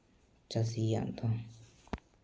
ᱪᱟᱹᱥᱤᱭᱟᱜ ᱫᱚ